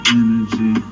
energy